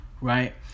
right